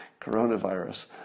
coronavirus